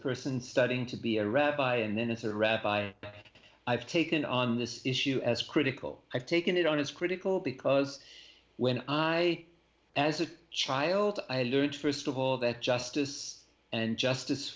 person studying to be a rabbi and then it's a rabbi i've taken on this issue as critical i've taken it on as critical because when i as a child i learned st of all that justice and justice